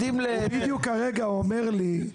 הוא בדיוק כרגע אומר לי,